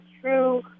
true